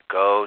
go